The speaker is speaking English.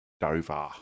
Dover